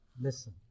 listen